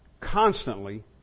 constantly